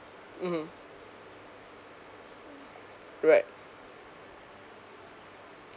mmhmm right